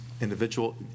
individual